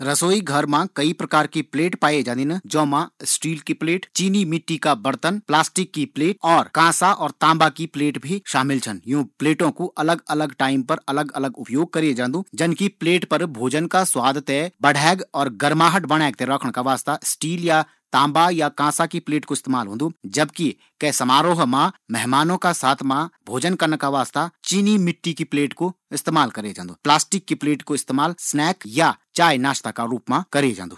रसोई घर मा कई प्रकार कि प्लेट पाए जादिन जौन मा स्टील की प्लेट पीतल ताम्बा या कांसा की प्लेट कांच की प्लेट चीनी मिट्टी की प्लेट होदिन यु प्लेटो ते अलग अलग जगहों पर इस्तेमाल करए जांदू